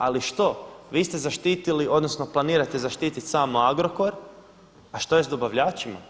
Ali što, vi ste zaštitili, odnosno planirate zaštititi samo Agrokor, a što je sa dobavljačima?